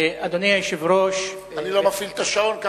אדוני היושב-ראש, אני לא מפעיל את השעון.